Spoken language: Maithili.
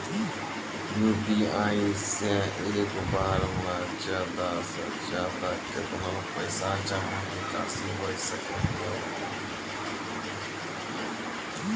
यु.पी.आई से एक बार मे ज्यादा से ज्यादा केतना पैसा जमा निकासी हो सकनी हो?